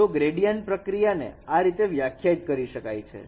તો gradient પ્રક્રિયાને આ રીતે વ્યાખ્યાયિત કરી શકાય છે